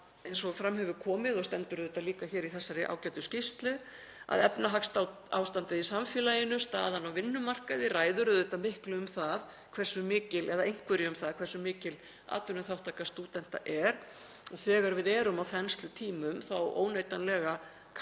eins og fram hefur komið og stendur líka hér í þessari ágætu skýrslu, að efnahagsástandið í samfélaginu, staðan á vinnumarkaði, ræður auðvitað einhverju um það hversu mikil atvinnuþátttaka stúdenta er. Þegar við erum á þenslutímum þá óneitanlega kallar